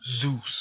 Zeus